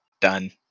done